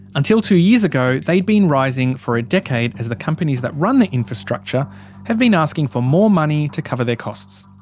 until two years ago they'd been rising for a decade as the companies that run the infrastructure have been asking for more money to cover their costs.